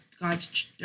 God's